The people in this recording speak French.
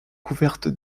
couverte